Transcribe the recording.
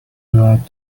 without